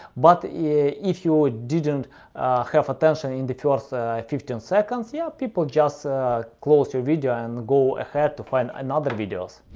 but yeah if you ah didn't have attention in the first so fifteen seconds, yeah, people just close your video and go ahead to find another videos.